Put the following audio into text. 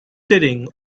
sitting